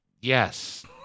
yes